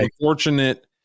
unfortunate